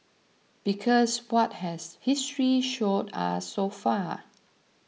because what has history showed us so far